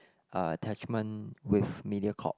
uh attachment with Mediacorp